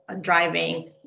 driving